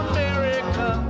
America